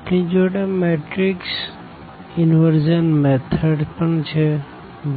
આપણી જોડે matrix inversion method પણ છે